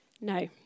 No